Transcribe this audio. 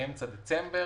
שצפויה באמצע דצמבר,